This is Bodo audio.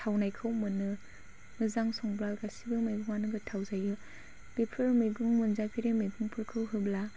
थावनायखौ मोनो मोजां संब्ला गासैबो मैगंआनो गोथाव जायो बेफोर मैगं मोनजाफेरि मैगंफोरखौ होब्ला